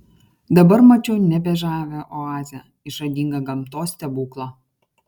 dabar mačiau nebe žavią oazę išradingą gamtos stebuklą